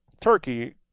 turkey